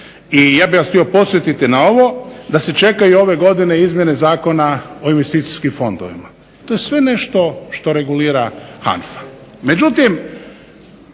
i ja bih vas htio podsjetiti na ovo da se čekaju ove godine izmjene Zakona o investicijskim fondovima. To je sve nešto što regulira HANFA.